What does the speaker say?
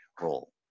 role